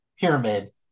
pyramid